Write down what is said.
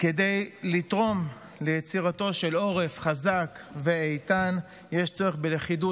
כדור אחד פגע לו בלסת,